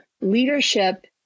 leadership